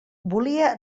volia